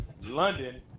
London